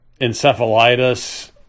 encephalitis